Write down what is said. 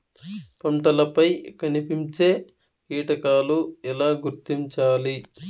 పంటలపై కనిపించే కీటకాలు ఎలా గుర్తించాలి?